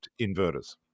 inverters